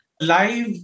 live